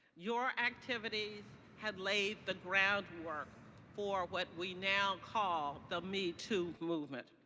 your activities had laid the groundwork for what we now call the me too movement.